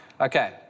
Okay